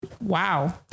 Wow